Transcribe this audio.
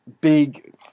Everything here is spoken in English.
big